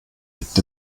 gibt